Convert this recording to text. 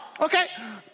Okay